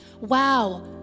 Wow